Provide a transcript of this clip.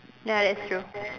ya that's true